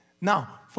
Now